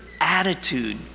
attitude